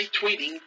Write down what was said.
retweeting